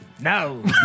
No